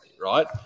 right